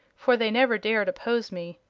for they never dared oppose me.